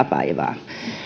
päivää